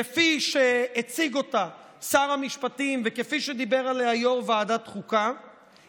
כפי שהציג אותה שר המשפטים וכפי שדיבר עליה יו"ר ועדת החוקה,